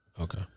Okay